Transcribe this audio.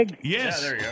yes